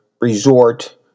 resort